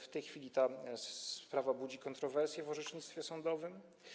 W tej chwili sprawa ta budzi kontrowersje w orzecznictwie sądowym.